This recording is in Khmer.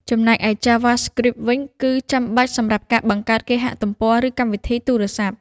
ចំណែកឯ JavaScript វិញ គឺចាំបាច់សម្រាប់ការបង្កើតគេហទំព័រ ឬកម្មវិធីទូរស័ព្ទ។